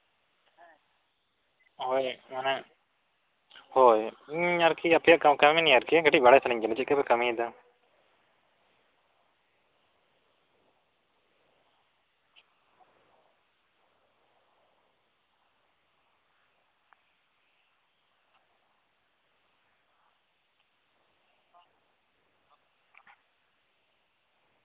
ᱦᱳᱭ ᱢᱟᱱᱮ ᱦᱳᱭ ᱤᱧ ᱟᱨᱠᱤ ᱟᱯᱮᱭᱟᱜ ᱠᱟᱢ ᱠᱟᱹᱢᱤ ᱱᱤᱭᱮ ᱟᱨᱠᱤ ᱠᱟᱹᱴᱤᱡ ᱵᱟᱲᱟᱭ ᱥᱟᱱᱟᱧ ᱠᱟᱱᱟ ᱪᱮᱫᱞᱮᱠᱟᱯᱮ ᱠᱟᱹᱢᱤᱭᱮᱫᱟ